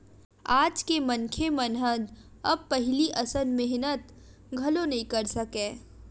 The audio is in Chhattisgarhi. आज के मनखे मन ह अब पहिली असन मेहनत घलो नइ कर सकय